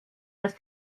dass